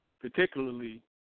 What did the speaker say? particularly